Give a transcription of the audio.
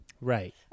Right